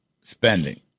spending